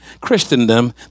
Christendom